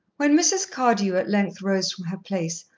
when mrs. cardew at length rose from her place,